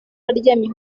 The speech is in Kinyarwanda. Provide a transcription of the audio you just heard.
aryamye